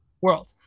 world